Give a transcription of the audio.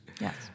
Yes